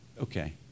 Okay